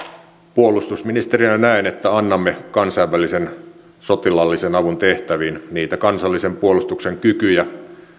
puolustusministerinä näen että annamme kansainvälisen sotilaallisen avun tehtäviin niitä kansallisen puolustuksen kykyjä